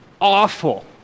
awful